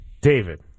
David